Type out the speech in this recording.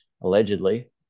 allegedly